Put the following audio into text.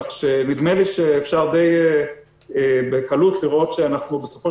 כך שנדמה לי שאפשר בקלות רבה למדי לראות שאנחנו בסופו